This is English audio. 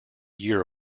year